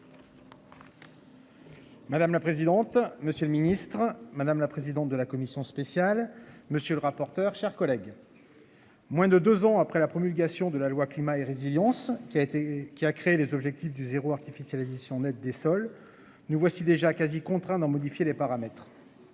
Madame la présidente, monsieur le ministre, madame la présidente de la commission spéciale. Monsieur le rapporteur, chers collègues. Moins de 2 ans après la promulgation de la loi climat et résilience, qui a été qui a créé les objectifs du zéro artificialisation nette des sols. Nous voici déjà quasi contraints d'en modifier les paramètres.